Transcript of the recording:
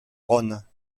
rhône